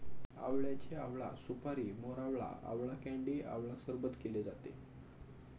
आवळ्याचे आवळा सुपारी, मोरावळा, आवळा कँडी आवळा सरबत केले जाते